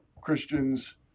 Christians